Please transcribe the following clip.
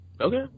Okay